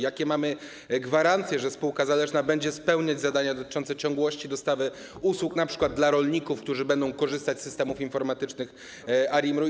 Jakie mamy gwarancje, że spółka zależna będzie spełniać zadania dotyczące ciągłości dostawy usług np. dla rolników, którzy będą korzystać z systemów informatycznych ARiMR-u?